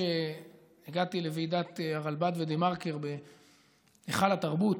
כשהגעתי לוועידת הרלב"ד ודה-מרקר בהיכל התרבות,